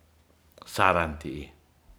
Saran ti'i